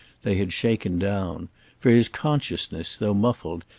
they had shaken down for his consciousness, though muffled,